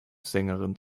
sängerin